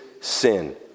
sin